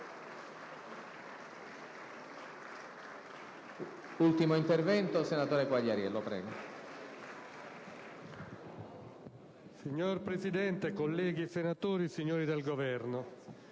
Signor Presidente, colleghi senatori, signori del Governo,